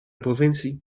provincie